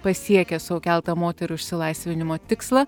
pasiekė sau keltą moterų išsilaisvinimo tikslą